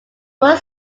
were